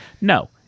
No